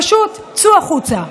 פשוט צאו החוצה.